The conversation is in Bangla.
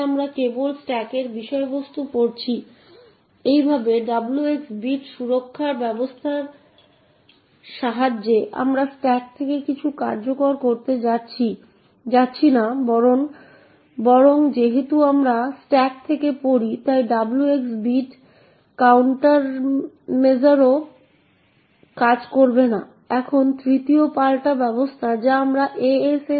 এবং এখানে উপস্থিত এই স্ট্রিংটি দেখুন এবং স্ট্রিংটিতে যা এনকোড করা হয়েছে তা s এর ঠিক একই মান সুতরাং এটি সামান্য উপস্থাপন করা হয়েছে